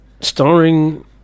Starring